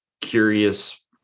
curious